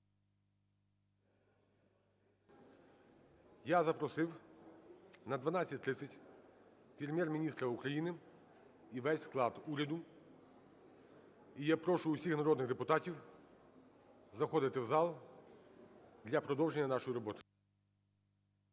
Я запросив на 12:30 Прем'єр-міністра України і весь склад уряду. І я прошу усіх народних депутатів заходити в зал для продовження нашої роботи.